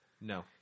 No